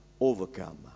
overcome